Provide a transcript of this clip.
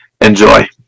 Enjoy